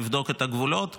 כדי לבדוק את הגבולות.